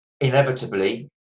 inevitably